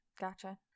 Gotcha